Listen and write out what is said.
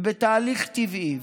ובתהליך טבעי,